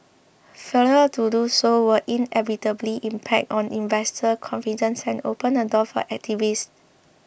failure to do so will inevitably impact on investor confidence and open the door for activists